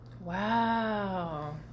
Wow